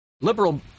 Liberal